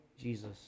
Jesus